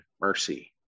mercy